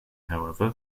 however